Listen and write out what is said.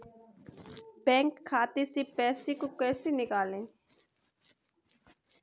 Bank खाते से पैसे को कैसे निकालें?